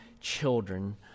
children